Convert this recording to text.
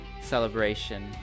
celebration